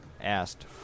asked